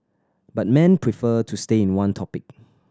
but men prefer to stay in one topic